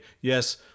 Yes